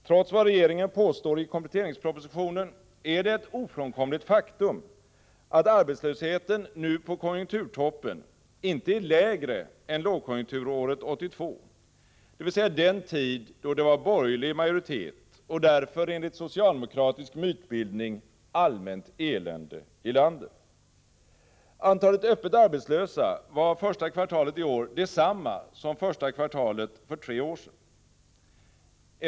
Trots regeringens påståenden i kompletteringspropositionen är det ett ofrånkomligt faktum att arbetslösheten nu på konjunkturtoppen inte är lägre än lågkonjunkturåret 1982, dvs. den tid då det var borgerlig majoritet och därför enligt socialdemokratisk mytbildning allmänt elände i landet. Antalet öppet arbetslösa var första kvartalet i år detsamma som första kvartalet för tre år sedan.